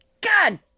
God